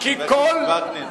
חבר הכנסת וקנין.